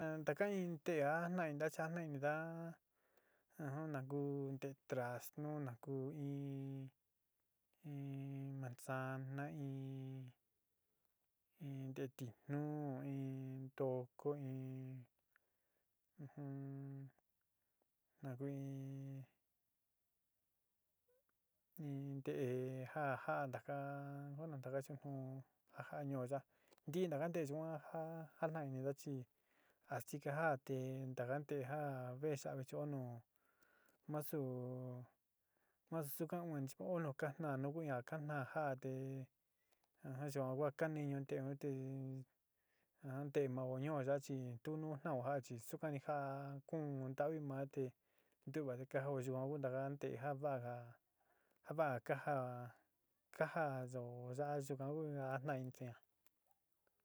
Taka in nte'é a jaitna chaa inidaa ujum na ku nte traznu na ku in in manzana in in nte titnun in ntoko in ujum na kui in in nte ja jaa ntaka bueno nta vece ku jaa ñuu yaa nti ntaka nte'e yuan ja jatnai inida chi atsiga jaan te ntaka ntee ja veetsa ve choo nu nusu nosu sukan oó nu kajtnaá nu ku ja kajtná ja te ajamm yuan kua te ka neñu ntee un te ajan nte mao ñuo ya chi tu nu tan'o jaa chi suka ni jaa kuun ntavi maa te ntewani ka joó yo un ntaka ntee ja váaga ja vaa ka jaa ka jaayo ya yuka un jataintuña.